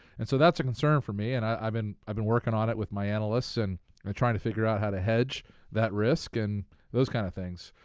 and so that's a concern for me and i've been i've been working on it with my analysts and trying to figure out how to hedge that risk and those kinds kind of things.